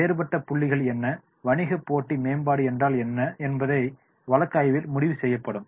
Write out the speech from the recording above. வேறுபட்ட புள்ளிகள் என்ன வணிக போட்டி மேம்பாடு என்றால் என்ன என்பதை வழக்கு ஆய்வில் முடிவு செய்யப்படும்